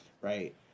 Right